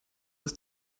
das